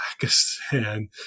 Pakistan